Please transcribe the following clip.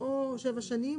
או 7 שנים,